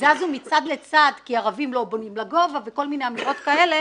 זזו מצד לצד כי הערבים לא בונים לגובה וכל מיני אמירות כאלה,